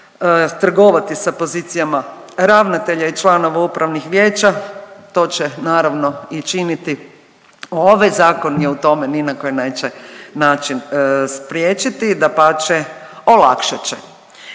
trgovati sa pozicijama ravnatelja i članova upravnih vijeća, to će naravno i činiti, ovaj zakon je u tome ni na koji neće način spriječiti, dapače olakšat će.